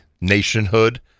nationhood